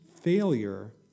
failure